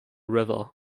river